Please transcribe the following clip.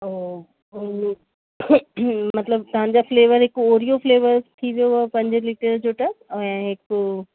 हूं मतिलब तव्हांजा फ़्लेवर हिक ओरियो फ़्लेवर थी वियो पंजे लीटर जो टब ऐं हिक